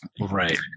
right